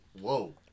Whoa